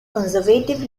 conservative